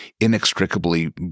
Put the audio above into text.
inextricably